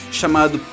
chamado